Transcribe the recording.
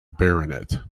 baronet